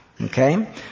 Okay